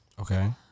Okay